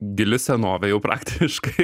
gili senovė jau praktiškai